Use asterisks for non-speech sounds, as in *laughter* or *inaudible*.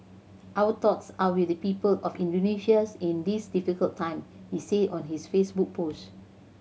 our thoughts are with the people of Indonesia *unintelligible* in this difficult time he said on his Facebook post